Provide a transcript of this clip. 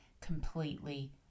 completely